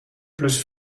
plus